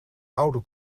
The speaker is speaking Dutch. oude